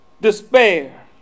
despair